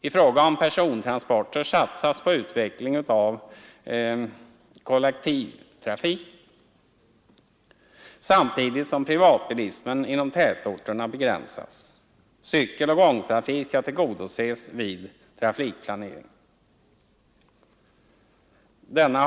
I fråga om persontransporter satsas på utveckling av kollektivtrafiken samtidigt som privatbilismen inom tätorterna begränsas. Cykeloch gångtrafik skall tillgodoses vid trafikplaneringen.